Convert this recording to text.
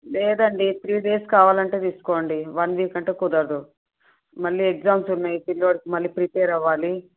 లేదండి three days కావాలంటే తీసుకోండి వన్ వీక్ అంటే కుదరదు మళ్ళీ ఎగ్జామ్స్ ఉన్నాయి పిల్లవాడికి మళ్ళీ ప్రిపేర్ అవ్వాలి